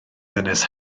ddynes